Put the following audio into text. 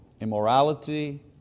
immorality